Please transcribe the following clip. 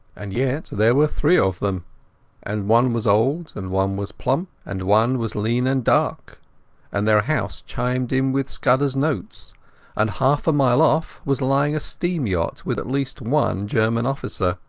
and yet there were three of them and one was old, and one was plump, and one was lean and dark and their house chimed in with scudderas notes and half a mile off was lying a steam yacht with at least one german officer.